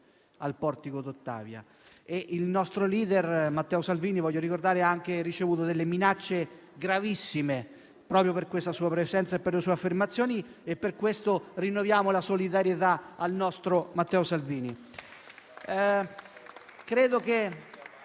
il nostro *leader* Matteo Salvini ha anche ricevuto minacce gravissime proprio per questa sua presenza e per le sue affermazioni, e per questo rinnoviamo la solidarietà al nostro Matteo Salvini.